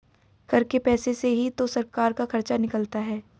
कर के पैसे से ही तो सरकार का खर्चा निकलता है